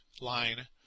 line